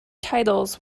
titles